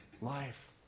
life